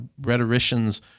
rhetoricians